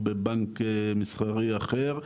או בבנק מסחרי אחר,